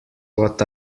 what